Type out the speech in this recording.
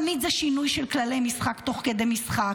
תמיד זה שינוי של כללי משחק תוך כדי משחק.